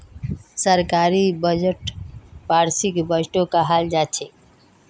सरकारी बजटक वार्षिक बजटो कहाल जाछेक